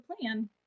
plan